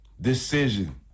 decision